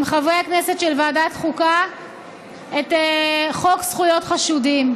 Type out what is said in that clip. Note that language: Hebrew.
עם חברי הכנסת של ועדת החוקה את חוק זכויות חשודים.